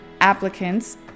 applicants